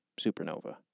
Supernova